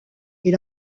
est